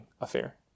affair